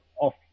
off